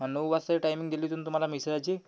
आणि नऊ वाजता टाईमिंग दिली होती ना तुम्हाला मिश्राजी